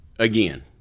Again